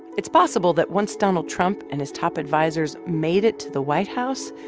it's possible that once donald trump and his top advisers made it to the white house,